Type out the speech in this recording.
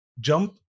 Jump